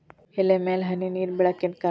ಎಲೆ ಮ್ಯಾಲ್ ಹನಿ ನೇರ್ ಬಿಳಾಕ್ ಏನು ಕಾರಣ?